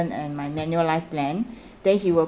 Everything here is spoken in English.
and my manulife plan then he will